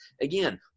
Again